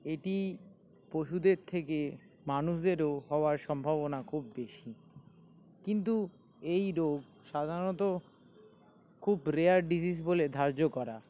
এটি পশুদের থেকে মানুষদেরও হওয়ার সম্ভাবনা খুব বেশি কিন্তু এই রোগ সাধারণত খুব রেয়ার ডিজিস বলে ধার্য করা